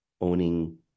owning